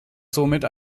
somit